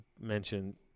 mention